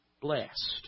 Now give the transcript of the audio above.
blessed